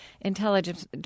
intelligence